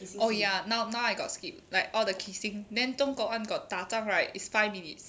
oh ya now now I got skip like all the kissing then 中国 [one] got 打仗 right is five minutes